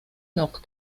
noch